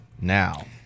now